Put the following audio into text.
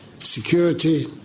security